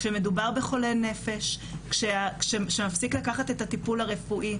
כשמדובר בחולה נפש שמפסיק לקחת את הטיפול הרפואי,